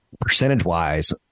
Percentage-wise